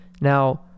Now